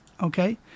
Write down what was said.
okay